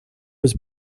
was